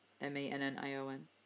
M-A-N-N-I-O-N